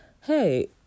hey